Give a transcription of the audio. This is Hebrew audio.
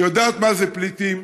שיודעת מה זה פליטים,